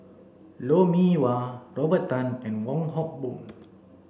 Lou Mee Wah Robert Tan and Wong Hock Boon